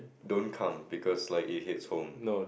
don't come because like it hits home